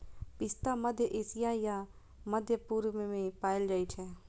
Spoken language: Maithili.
पिस्ता मध्य एशिया आ मध्य पूर्व मे पाएल जाइ छै